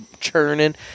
churning